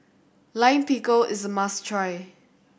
Lime Pickle is a must try